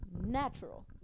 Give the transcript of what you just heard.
natural